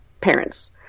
parents